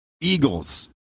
eagles